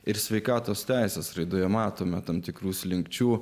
ir sveikatos teisės raidoje matome tam tikrų slinkčių